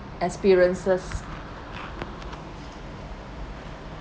experiences